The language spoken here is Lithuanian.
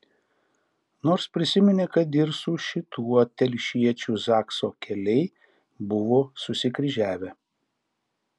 nors prisiminė kad ir su šituo telšiečiu zakso keliai buvo susikryžiavę